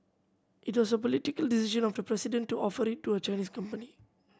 it was a political decision of the president to offer it to a Chinese company